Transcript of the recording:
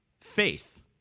faith